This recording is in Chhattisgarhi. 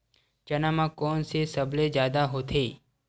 चना म कोन से सबले जादा होथे?